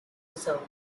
reserve